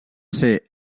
ser